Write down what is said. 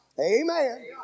Amen